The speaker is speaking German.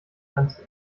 grenze